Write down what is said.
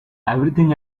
everything